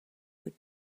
would